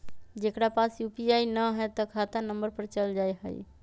जेकरा पास यू.पी.आई न है त खाता नं पर चल जाह ई?